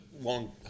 long